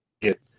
get